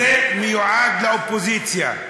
זה מיועד לאופוזיציה.